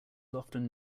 often